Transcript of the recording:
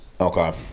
Okay